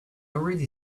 already